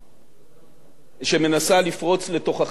שמנסה לפרוץ לתוככי מדינת ישראל,